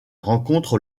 rencontre